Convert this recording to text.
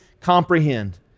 comprehend